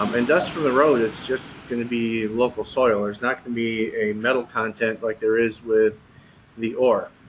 um industrial and road, it's just going to be local soil, there's not going to be a metal content like there is with the ore,